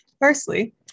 firstly